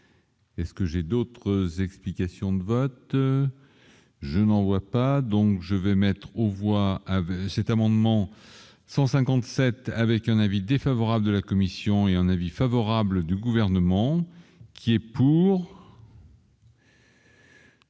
Est ce que j'ai d'autres explications de vote je n'envoie pas, donc je vais mettre aux voix avec cet amendement 157 avec un avis défavorable de la commission et un avis favorable du gouvernement qui est pour.